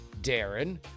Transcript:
Darren